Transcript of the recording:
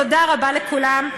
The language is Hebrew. תודה רבה לכולם.